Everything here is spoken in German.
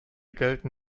gelten